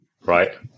right